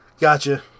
Gotcha